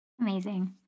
amazing